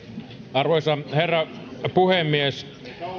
arvoisa herra puhemies